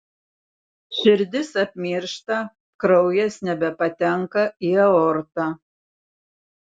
širdis apmiršta kraujas nebepatenka į aortą